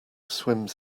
swims